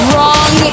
Wrong